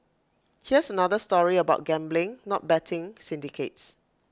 here's another story about gambling not betting syndicates